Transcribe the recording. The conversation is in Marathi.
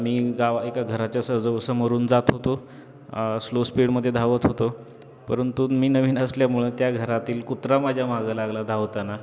मी गावात एका घराच्या सहज समोरून जात होतो स्लो स्पीडमध्ये धावत होतो परंतु मी नवीन असल्यामुळं त्या घरातील कुत्रा माझ्या मागं लागला धावताना